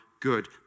good